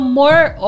more